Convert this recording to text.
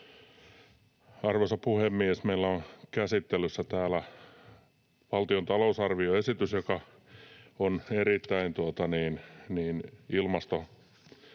Arvoisa puhemies! Meillä on käsittelyssä täällä valtion talousarvioesitys, joka on erittäin ilmastokiimainen